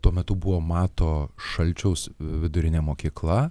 tuo metu buvo mato šalčiaus vidurinė mokykla